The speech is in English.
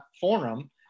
forum